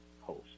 host